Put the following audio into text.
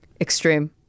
extreme